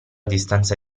distanza